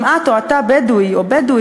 אם את או אתה בדואי או בדואית,